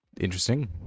interesting